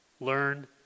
Learn